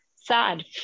sad